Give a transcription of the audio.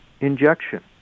injection